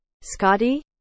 Scotty